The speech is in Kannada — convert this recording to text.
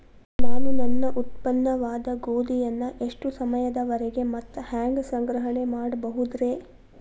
ನಾನು ನನ್ನ ಉತ್ಪನ್ನವಾದ ಗೋಧಿಯನ್ನ ಎಷ್ಟು ಸಮಯದವರೆಗೆ ಮತ್ತ ಹ್ಯಾಂಗ ಸಂಗ್ರಹಣೆ ಮಾಡಬಹುದುರೇ?